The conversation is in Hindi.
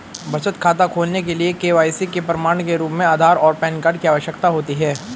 बचत खाता खोलने के लिए के.वाई.सी के प्रमाण के रूप में आधार और पैन कार्ड की आवश्यकता होती है